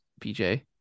PJ